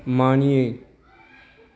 मानियै